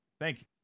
Thank